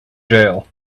jail